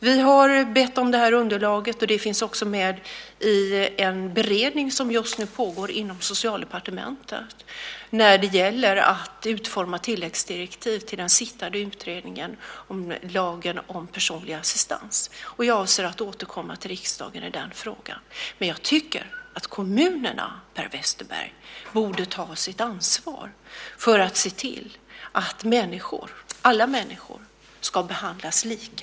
Vi har bett om underlaget, och det finns också med i den beredning som just nu pågår inom Socialdepartementet när det gäller att utforma tilläggsdirektiv till den sittande utredningen om lagen om personlig assistens. Jag avser att återkomma till riksdagen i den frågan. Jag tycker dock, Per Westerberg, att kommunerna borde ta sitt ansvar för att se till att alla människor behandlas lika.